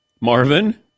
Marvin